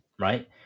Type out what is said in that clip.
right